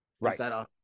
Right